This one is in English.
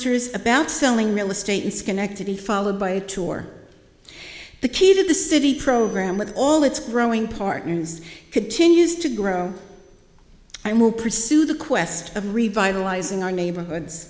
realtors about selling real estate in schenectady followed by a tour the key to the city program with all its growing partners continues to grow i will pursue the quest of revitalizing our neighborhoods